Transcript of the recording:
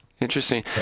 interesting